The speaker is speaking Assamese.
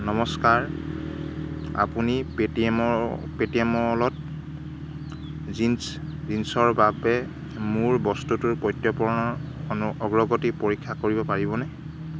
নমস্কাৰ আপুনি পেটিএম ৰ পেটিএম মলত জিন্ছ জিন্ছৰ বাবে মোৰ বস্তুটোৰ প্ৰত্যপৰ্ণৰ অনু অগ্ৰগতি পৰীক্ষা কৰিব পাৰিবনে